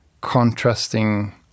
contrasting